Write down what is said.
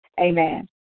Amen